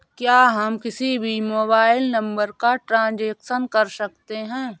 क्या हम किसी भी मोबाइल नंबर का ट्रांजेक्शन कर सकते हैं?